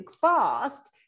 fast